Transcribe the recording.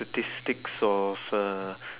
statistics of uh